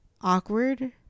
awkward